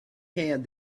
had